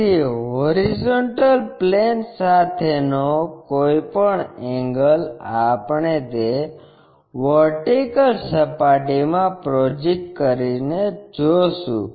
તેથી hp સાથેનો કોઈપણ એંગલ આપણે તે વર્ટિકલ સપાટીમાં પ્રોજેક્ટ કરીને જોશું